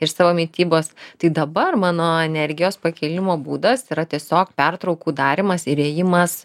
iš savo mitybos tai dabar mano energijos pakėlimo būdas yra tiesiog pertraukų darymas ir ėjimas